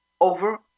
over